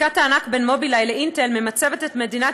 עסקת הענק בין "מובילאיי" ל"אינטל" ממצבת את מדינת